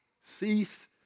Cease